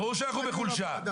ברור שאנחנו בחולשה.